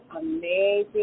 amazing